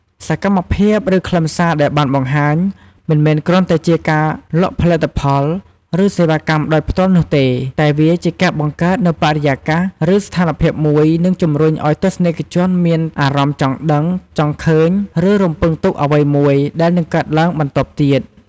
សកម្មភាព ឬខ្លឹមសារដែលបានបង្ហាញ មិនមែនគ្រាន់តែជាការលក់ផលិតផល ឬសេវាកម្មដោយផ្ទាល់នោះទេ តែវាជាការបង្កើតនូវបរិយាកាស ឬស្ថានភាពមួយ និងជំរុញឱ្យទស្សនិកជនមានអារម្មណ៍ចង់ដឹង ចង់ឃើញ ឬរំពឹងទុកអ្វីមួយដែលនឹងកើតឡើងបន្ទាប់ទៀត។